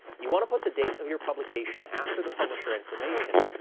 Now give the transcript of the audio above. you want to put the date of your publication after the publisher information,